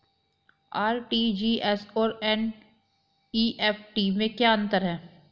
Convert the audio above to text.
RTGS और NEFT में क्या अंतर है?